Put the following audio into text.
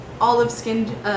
olive-skinned